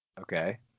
Okay